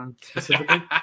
Specifically